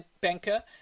banker